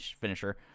finisher